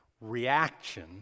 reaction